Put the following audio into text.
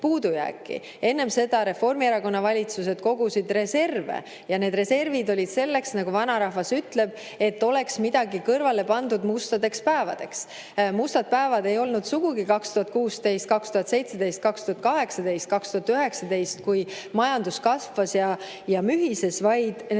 Enne seda Reformierakonna valitsused kogusid reserve ja need reservid olid selleks, nagu vanarahvas ütleb, et oleks midagi kõrvale pandud mustadeks päevadeks. Mustad päevad ei olnud sugugi 2016, 2017, 2018, 2019, kui majandus kasvas ja mühises, vaid need